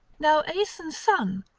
now aeson's son,